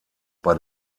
bei